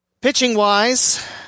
Pitching-wise